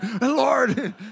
Lord